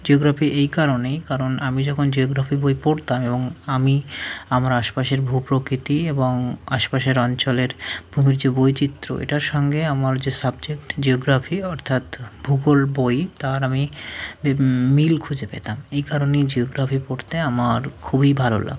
geography এই কারণেই কারণ আমি যখন জিওগ্রাফি বই পড়তাম এবং আমি আমার আশপাশের ভূপ্রকৃতি এবং আশপাশের অঞ্চলের গভীর যে বৈচিত্র্য এটার সঙ্গে আমার যে সাবজেক্ট জিওগ্রাফি অর্থাৎ ভূগোল বই তার আমি বিভি মিল খুঁজে পেতাম এই কারণেই জিওগ্রাফি পড়তে আমার খুবই ভালো লাগতো